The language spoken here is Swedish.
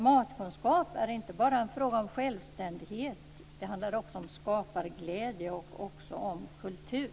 Matkunskap är inte bara en fråga om självständighet, utan det handlar också om skaparglädje och om kultur.